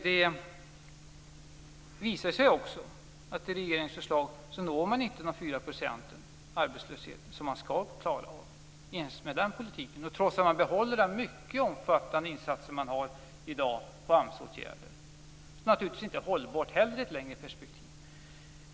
Det visar sig också att man inte når målet om 4 procents arbetslöshet ens med den politiken, trots att man behåller dagens mycket omfattande satsning på AMS-åtgärder. Det är naturligtvis inte heller hållbart i ett längre perspektiv.